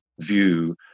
view